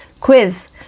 Quiz